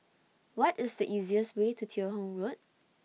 What IS The easiest Way to Teo Hong Road